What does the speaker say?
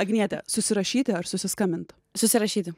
agniete susirašyti ar susiskambint susirašyti